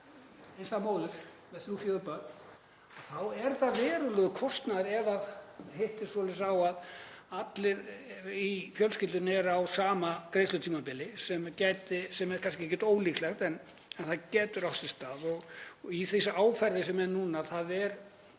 einstæða móður með þrjú, fjögur börn þá er það verulegur kostnaður ef það hittist svoleiðis á að allir í fjölskyldunni eru á sama greiðslutímabili, sem er kannski ekkert líklegt en það getur átt sér stað. Og í því árferði sem er núna, það er